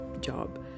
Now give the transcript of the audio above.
job